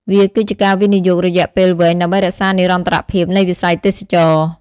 វាគឺជាការវិនិយោគរយៈពេលវែងដើម្បីរក្សានិរន្តរភាពនៃវិស័យទេសចរណ៍។